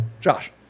Josh